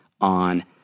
on